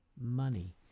money